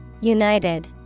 United